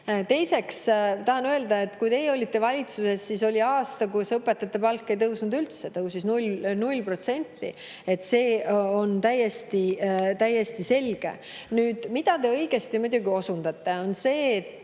Teiseks tahan öelda, et kui teie olite valitsuses, siis oli aasta, kus õpetajate palk ei tõusnud üldse, tõusis 0%. See on täiesti selge. Mida te muidugi õigesti osundasite, on see, et